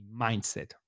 mindset